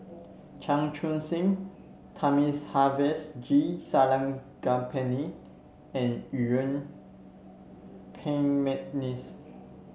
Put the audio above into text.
Chan Chun Sing Thamizhavel G Sarangapani and Yuen Peng McNeice